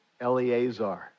Eleazar